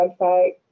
website